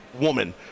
woman